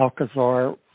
Alcazar